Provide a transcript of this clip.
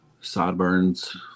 sideburns